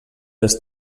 les